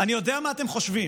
אני יודע מה אתם חושבים,